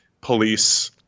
police